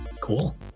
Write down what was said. Cool